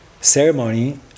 ceremony